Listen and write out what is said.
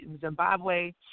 Zimbabwe